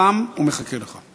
חם ומחכה לך.